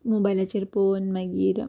मोबायलाचेर पोवन मागीर